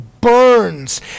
burns